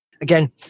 Again